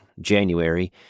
January